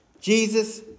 Jesus